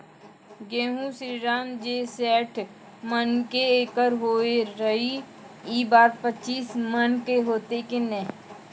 गेहूँ श्रीराम जे सैठ मन के एकरऽ होय रहे ई बार पचीस मन के होते कि नेय?